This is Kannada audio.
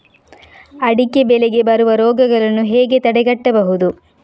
ಅಡಿಕೆ ಬೆಳೆಗೆ ಬರುವ ರೋಗಗಳನ್ನು ಹೇಗೆ ತಡೆಗಟ್ಟಬಹುದು?